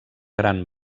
gran